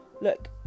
look